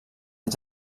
els